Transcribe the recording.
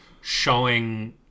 showing